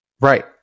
Right